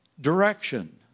direction